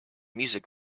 music